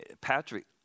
Patrick